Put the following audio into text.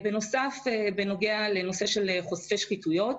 בנוסף, בנוגע לנושא של חושפי שחיתויות,